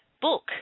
book